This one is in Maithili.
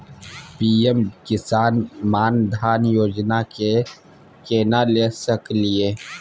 पी.एम किसान मान धान योजना के केना ले सकलिए?